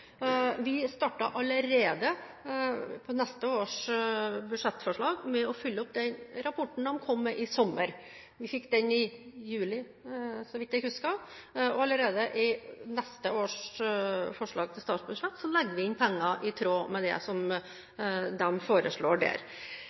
Vi startet allerede i forbindelse med neste års budsjettforslag å følge opp den rapporten de kom med i sommer. Vi fikk den i juli, så vidt jeg husker, og allerede i neste års forslag til statsbudsjett legger vi inn penger i tråd med det som de foreslår der.